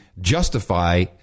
justify